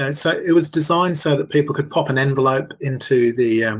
and so it was designed so that people could pop and envelope into the